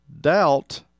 Doubt